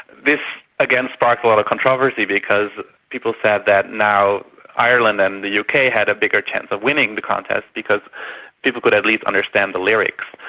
this again sparked a lot of controversy because people said that now ireland and the uk had a bigger chance of winning the contest because people could at least understand the lyrics.